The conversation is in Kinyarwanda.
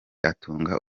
atunga